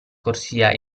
corsia